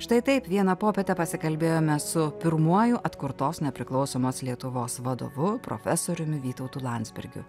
štai taip vieną popietę pasikalbėjome su pirmuoju atkurtos nepriklausomos lietuvos vadovu profesoriumi vytautu landsbergiu